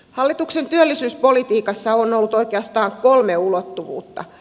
hallituksen työllisyyspolitiikassa on ollut oikeastaan kolme ulottuvuutta